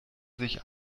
sich